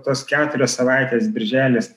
tos keturios savaitės birželis